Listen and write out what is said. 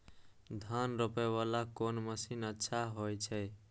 धान रोपे वाला कोन मशीन अच्छा होय छे?